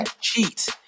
cheat